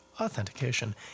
authentication